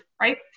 right